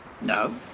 No